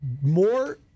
more